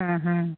ಹಾಂ ಹಾಂ